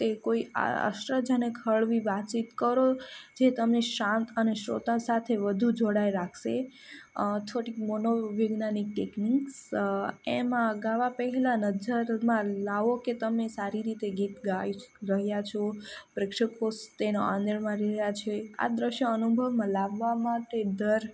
એ કોઈ આશ્ચર્યજનક હળવી વાતચીત કરો જે તમને શાંત અને શ્રોતા સાથે વધુ જોડી રાખશે થોડીક મનોવૈજ્ઞાનિક ટેકનિક્સ એમાં ગાવા પહેલાં નજરમાં લાવો કે તમે સારી રીતે ગીત ગાઈ રહ્યા છો પ્રેક્ષકો તેનો આનંદ માણી રહ્યાં છે આ દ્રશ્ય અનુભવમાં લાવવા માટે ડર